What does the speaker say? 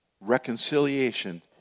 reconciliation